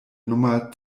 nummer